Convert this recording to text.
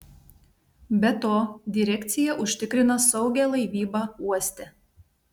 be to direkcija užtikrina saugią laivybą uoste